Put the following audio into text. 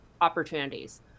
opportunities